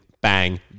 bang